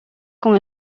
con